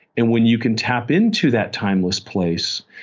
and when you can tap into that timeless place,